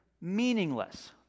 meaningless